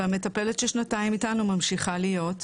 והמטפלת ששנתיים איתנו ממשיכה להיות.